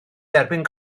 derbyn